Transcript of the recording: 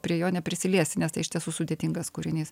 prie jo neprisiliesti nes tai iš tiesų sudėtingas kūrinys